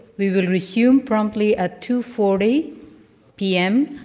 we will resume promptly at two forty pm,